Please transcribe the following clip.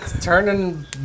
Turning